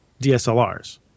DSLRs